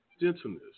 gentleness